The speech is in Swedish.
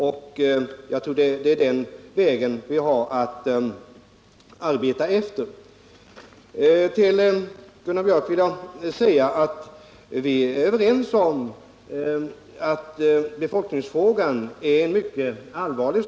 Jag tror att det är från den utgångspunkten vi måste arbeta. Till Gunnar Biörck i Värmdö vill jag säga att vi är överens om att befolkningsfrågan är mycket allvarlig.